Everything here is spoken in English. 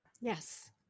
Yes